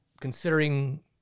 considering